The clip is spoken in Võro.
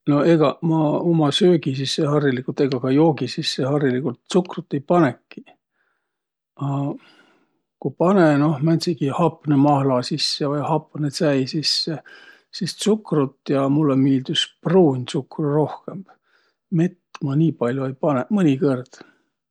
No egaq ma uma söögi sisse egaq ka joogi sisse hariligult tsukrut ei panõkiq. A no ku panõ, noh, määntsegi hapnõ mahla sisse vai hapnõ täi sisse, sis tsukrut ja mullõ miildüs pruun tsukru rohkõmb. Mett ma nii pall'o ei panõq, mõnikõrd.